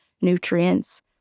nutrients